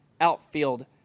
outfield